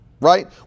right